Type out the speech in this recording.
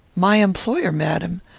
my employer, madam!